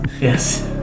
yes